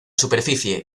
superficie